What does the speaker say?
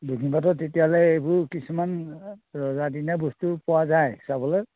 দক্ষিণপাতত তেতিয়াহ'লে এইবোৰ কিছুমান ৰজাদিনীয়া বস্তু পোৱা যায় চাবলৈ